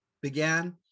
began